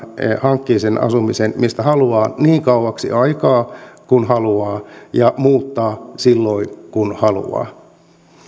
hankkii sen asumisen mistä haluaa niin kauaksi aikaa kuin haluaa ja muuttaa silloin kun haluaa